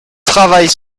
travail